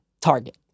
target